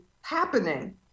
happening